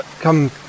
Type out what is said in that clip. come